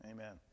Amen